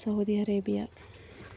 Saudi Arabia